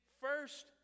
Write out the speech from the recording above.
first